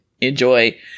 Enjoy